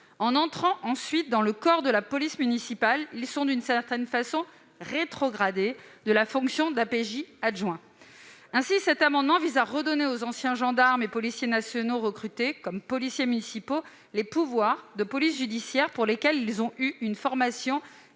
d'entrer dans le corps de la police municipale, où ils sont, d'une certaine façon, rétrogradés de la fonction d'APJ adjoint. Cet amendement vise donc à redonner aux anciens gendarmes et policiers nationaux recrutés comme policiers municipaux les pouvoirs de police judiciaire pour lesquels ils ont reçu une formation